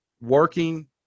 working